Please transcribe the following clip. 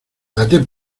date